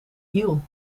hiel